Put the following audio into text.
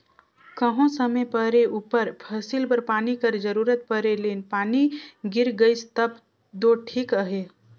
कहों समे परे उपर फसिल बर पानी कर जरूरत परे ले पानी गिर गइस तब दो ठीक अहे